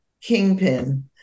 Kingpin